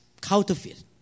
Counterfeit